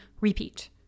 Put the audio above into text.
repeat